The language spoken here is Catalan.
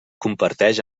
comparteix